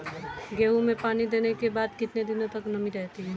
गेहूँ में पानी देने के बाद कितने दिनो तक नमी रहती है?